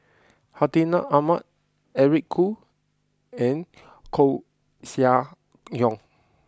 Hartinah Ahmad Eric Khoo and Koeh Sia Yong